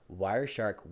Wireshark